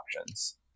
options